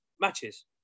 matches